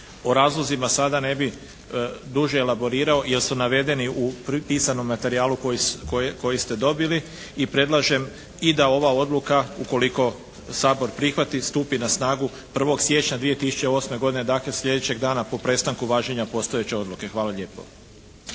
O razlozima sada ne bi duže elaborirao jer su navedeni u pisanom materijalu koji ste dobili. I predlažem i da ova odluka ukoliko Sabor prihvati stupi na snagu 1. siječnja 2008. godine dakle sljedećeg dana po prestanku važenja postojeće odluke. Hvala lijepo.